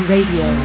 Radio